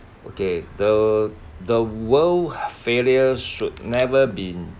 okay the the world failure should never been